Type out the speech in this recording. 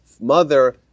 mother